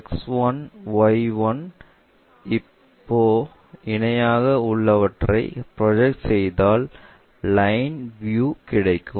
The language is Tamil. X1 Y1 இப்போ இணையாக உள்ளவற்றை ப்ரொஜெக்ட் செய்தாள் லைன் விஎவ் கிடைக்கும்